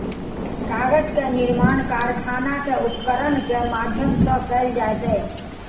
कागज के निर्माण कारखाना में उपकरण के माध्यम सॅ कयल जाइत अछि